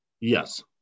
yes